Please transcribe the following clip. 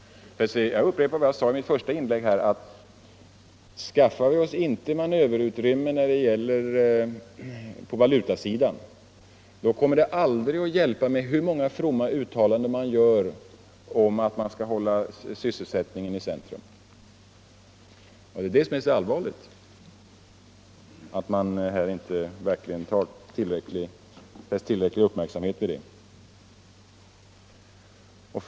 Jag upprepar vad jag sade i mitt första inlägg, att om vi inte skaffar oss manöverutrymme på valutasidan, då hjälper det inte med aldrig så många fromma uttalanden om att hålla sysselsättningen i centrum. Att man inte fäster tillräcklig uppmärksamhet vid det är just det allvarliga.